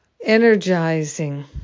Energizing